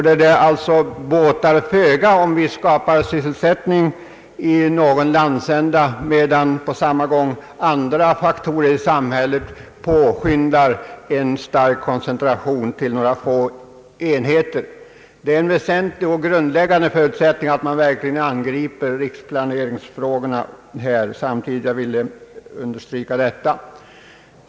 Det båtar föga om vi skapar sysselsättning i någon landsända, om på samma gång andra faktorer i samhället påskyndar en stark koncentration till några få enheter. En väsentlig och grundläggande förutsättning är att man verkligen angriper riksplaneringsfrågorna med dess skiftande problem samtidigt. Jag ville särskilt understryka detta.